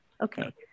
Okay